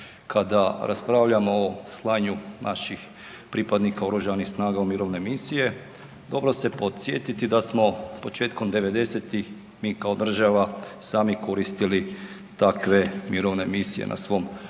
Kada raspravljamo o slanju naših pripadnika oružanih snaga u mirovine misije dobro se je podsjetiti da smo početkom devedesetih mi kao država sami koristili takve mirovne misije na svom